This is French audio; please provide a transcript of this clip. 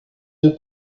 deux